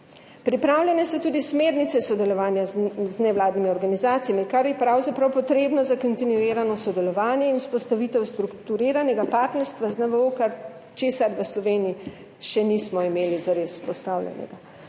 Pripravljene so tudi smernice sodelovanja z nevladnimi organizacijami, kar je pravzaprav potrebno za kontinuirano sodelovanje in vzpostavitev strukturiranega partnerstva z NVO, česar v Sloveniji še nismo imeli zares vzpostavljeno.